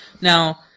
Now